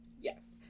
Yes